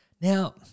Now